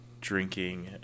drinking